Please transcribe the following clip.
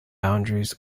boundaries